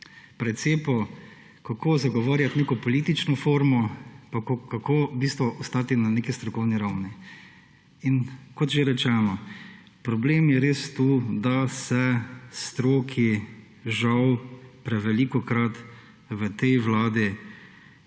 precepu, kako zagovarjati neko politično formo in kako v bistvu ostati na neki strokovni ravni. Kot že rečeno, problem je res to, da se stroki žal prevelikokrat v tej vladi